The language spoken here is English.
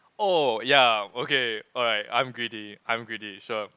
oh ya okay alright I'm greedy I'm greedy sure